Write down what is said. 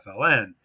FLN